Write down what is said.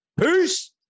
peace